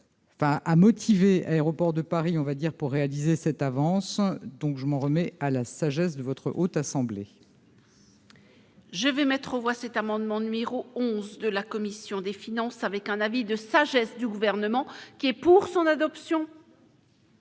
Enfin, à motiver, aéroports de Paris, on va dire pour réaliser cette avance, donc je m'en remets à la sagesse de votre haute assemblée. Je vais mettre aux voix cet amendement de Miro 11 de la commission des finances, avec un avis de sagesse du gouvernement qui est pour son adoption.